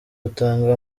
rutanga